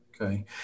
Okay